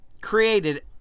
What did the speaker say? created